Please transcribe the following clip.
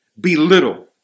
belittle